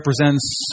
represents